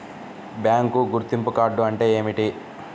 Bank గుర్తింపు card అంటే ఏమిటి?